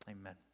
Amen